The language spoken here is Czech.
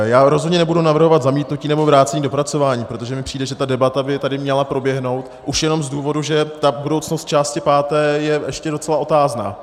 Já rozhodně nebudu navrhovat zamítnutí nebo vrácení k dopracování, protože mi přijde, že ta debata by tady měla proběhnout, už jenom z důvodu, že ta budoucnost části páté je ještě docela otázná.